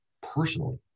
personally